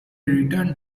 return